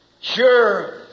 Sure